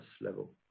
level